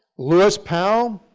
lewis powell,